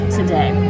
today